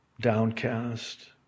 downcast